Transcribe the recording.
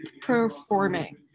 performing